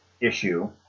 issue